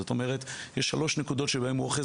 זאת אומרת יש שלוש נקודות שבהן הוא אוחז